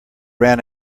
ran